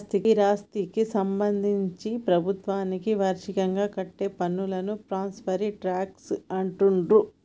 స్థిరాస్థికి సంబంధించి ప్రభుత్వానికి వార్షికంగా కట్టే పన్నును ప్రాపర్టీ ట్యాక్స్ అంటుండ్రు